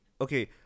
Okay